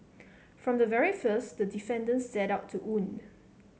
from the very first the defendant set out to wound